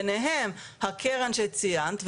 ביניהם הקרן שציינת,